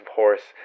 horse